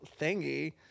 thingy